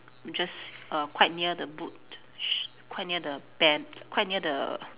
just err quite near the boot sh~ quite near the band quite near the